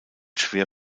schwer